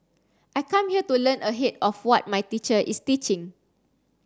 I come here to learn ahead of what my teacher is teaching